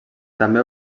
també